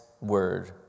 word